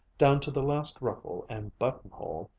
down to the last ruffle and buttonhole,